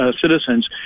citizens